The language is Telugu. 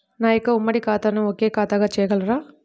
నా యొక్క ఉమ్మడి ఖాతాను ఒకే ఖాతాగా చేయగలరా?